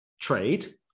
trade